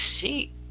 see